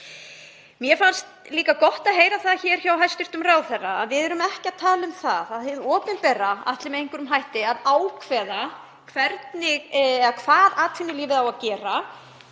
Mér fannst líka gott að heyra það hér hjá hæstv. ráðherra að við erum ekki að tala um að hið opinbera ætli með einhverjum hætti að ákveða hvað atvinnulífið eigi að gera,